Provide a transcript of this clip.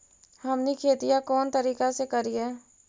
हमनी खेतीया कोन तरीका से करीय?